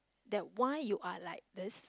that why you are like this